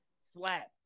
slap